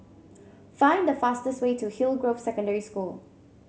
find the fastest way to Hillgrove Secondary School